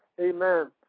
Amen